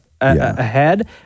ahead